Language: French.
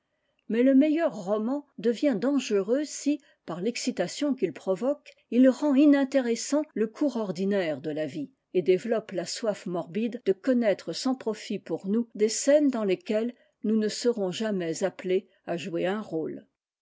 mais le meilleur roman devient dangereux si par l'excitation qu'il provoque il rend inintéressant le cours ordinaire de la vie et développe la soif morbide de connaître sans profit pour nous des scènes dans lesquelles nous ne serons jamais appelés à jouer un rôle